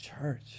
church